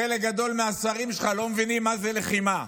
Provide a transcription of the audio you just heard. חלק גדול מהשרים שלך לא מבינים מה זה לחימה.